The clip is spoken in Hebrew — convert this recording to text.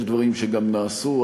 יש דברים שגם נעשו.